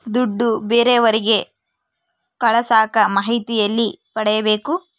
ದುಡ್ಡು ಬೇರೆಯವರಿಗೆ ಕಳಸಾಕ ಮಾಹಿತಿ ಎಲ್ಲಿ ಪಡೆಯಬೇಕು?